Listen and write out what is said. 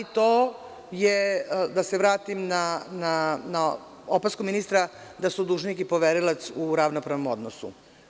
To je, da se vratim na opasku ministra, da su dužnik i poverilac u ravnopravnom odnosu.